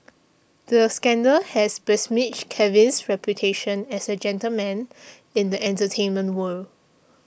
the scandal has besmirched Kevin's reputation as a gentleman in the entertainment world